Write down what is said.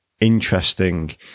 interesting